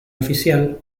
oficial